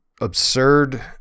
absurd